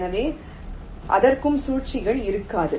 எனவே அதற்கும் சுழற்சிகள் இருக்காது